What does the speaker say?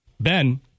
Ben